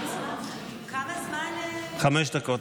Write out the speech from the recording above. חמש דקות